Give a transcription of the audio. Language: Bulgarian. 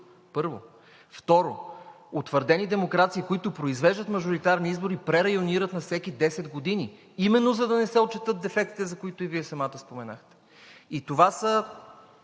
първо. Второ, утвърдени демокрации, които произвеждат мажоритарни избори, прерайонират на всеки 10 години, именно за да не се отчетат дефектите, за които и Вие самата споменахте. И това са